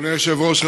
אדוני היושב-ראש,